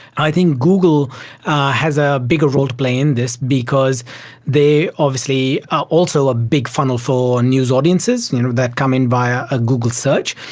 i think google has a bigger role to play in this because they obviously are also a big funnel for news audiences you know that come in via a google search.